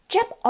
Jump